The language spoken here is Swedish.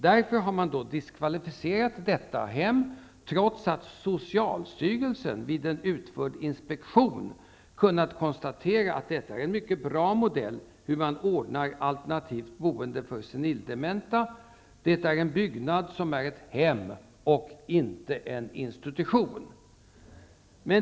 Därför har man diskvalificerat detta hem, trots att socialstyrelsen vid en utförd inspektion kunnat konstatera att detta är en mycket bra modell för hur man ordnar alternativt boende för senildementa. Det är en byggnad som är ett hem och inte en institution.